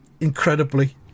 incredibly